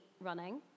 running